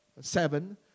Seven